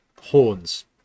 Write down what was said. horns